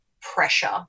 pressure